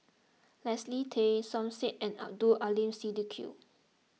Leslie Tay Som Said and Abdul Aleem Siddique